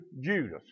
Judas